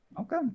Okay